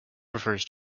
prefers